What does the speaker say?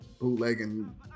bootlegging